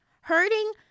hurting